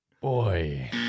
Boy